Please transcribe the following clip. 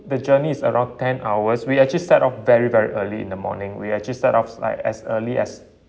the journey is around ten hours we actually start off very very early in the morning we actually start ups like as early as